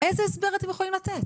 איזה הסבר אתם יכולים לתת?